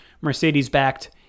Mercedes-backed